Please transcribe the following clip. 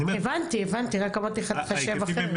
הבנתי, הבנתי, רק אמרתי לך תחשב אחרת.